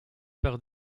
par